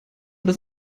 das